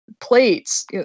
plates